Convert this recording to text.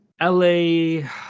LA